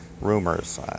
rumors